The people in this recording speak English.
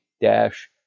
dash